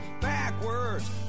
backwards